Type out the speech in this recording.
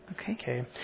Okay